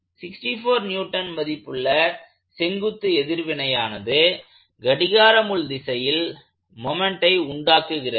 64N மதிப்புள்ள செங்குத்து எதிர்வினையானது கடிகார முள் எதிர்திசையில் மொமெண்ட்டை உண்டாக்குகிறது